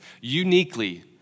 uniquely